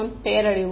மாணவர் பேரழிவு